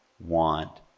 want